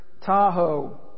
Tahoe